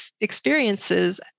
experiences